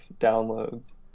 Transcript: downloads